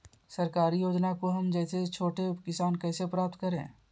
सरकारी योजना को हम जैसे छोटे किसान कैसे प्राप्त करें?